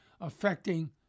affecting